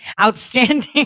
outstanding